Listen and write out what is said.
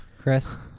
Chris